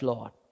Lord